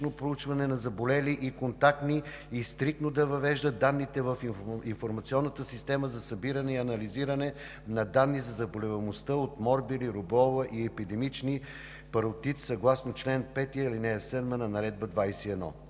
проучване на заболели и контактни и стриктно да въвежда данните в информационната система за събиране и анализиране на данни за заболеваемостта от морбили, рубеола и епидемичен паротит, съгласно чл. 5, ал. 7 на Наредба №